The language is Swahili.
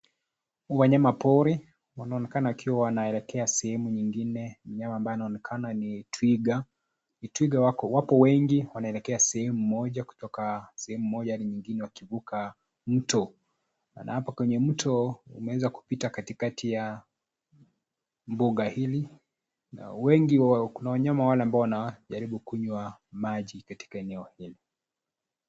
Wanyama pori, wanaonekana wakiwa wanaelekea sehemu nyingine ni mnyama anayeonakana ni twiga, twiga wapo wengi wanaelekea sehemu moja, kutoka sehemu moja, wakivuka mto, maana hapo kwenye mto, umeweza kupita katikati ya mbuga hili, na wengi wao kuna wanyama wale ambao wanajaribu kunywa maji katika eneo hili.